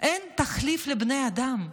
אין תחליף לבני אדם.